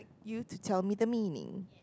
you to tell me the meaning